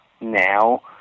now